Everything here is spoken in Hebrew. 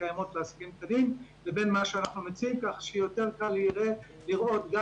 לעסקים קטנים לבין מה שאנחנו מציעים כך שיהיה יותר קל לראות גם